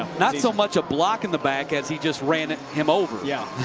not so much a block in the back as he just ran him over. yeah